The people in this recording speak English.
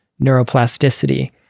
neuroplasticity